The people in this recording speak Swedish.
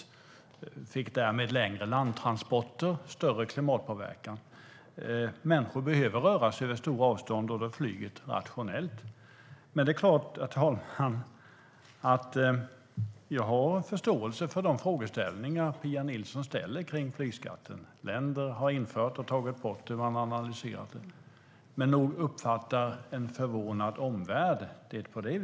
Man fick därmed längre landtransporter, med större klimatpåverkan. Människor behöver röra sig över stora avstånd. Då är flyget rationellt. Det är klart, herr talman, att jag har en förståelse för de frågor Pia Nilsson ställer kring flygskatten. Länder har infört och tagit bort den. Man har analyserat den.